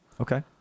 Okay